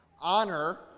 Honor